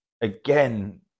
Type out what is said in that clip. again